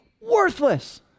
worthless